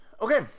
okay